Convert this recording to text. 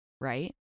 Right